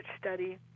study